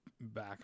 back